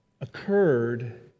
occurred